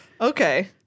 Okay